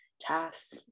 tasks